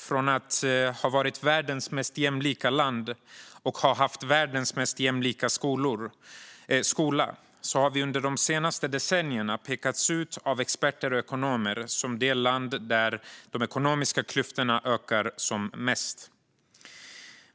Från att ha varit världens mest jämlika land och ha haft världens mest jämlika skola har Sverige under de senaste decennierna pekats ut av experter och ekonomer som det land där de ekonomiska klyftorna ökar mest.